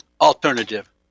alternative